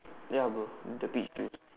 ya bro the bit right